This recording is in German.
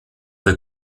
the